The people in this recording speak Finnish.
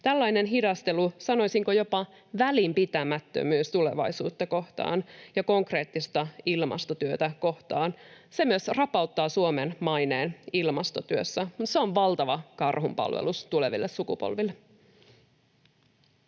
Tällainen hidastelu, sanoisinko jopa välinpitämättömyys tulevaisuutta kohtaan ja konkreettista ilmastotyötä kohtaan, myös rapauttaa Suomen maineen ilmastotyössä. Se on valtava karhunpalvelus tuleville sukupolville.